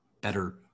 better